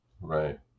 Right